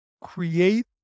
create